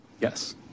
Yes